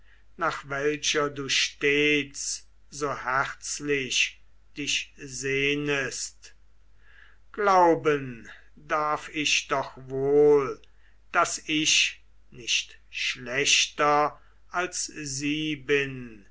nach welcher du stets so herzlich dich sehnest glauben darf ich doch wohl daß ich nicht schlechter als sie bin